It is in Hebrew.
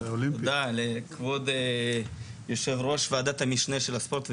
תודה לכבוד יושב-ראש ועדת המשנה של הספורט.